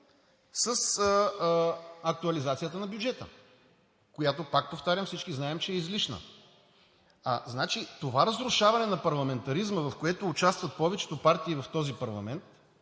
с актуализацията на бюджета, за която всички знаем, че е излишна. Значи, това разрушаване на парламентаризма, в което участват повечето партии в този парламент,